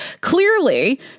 clearly